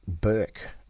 Burke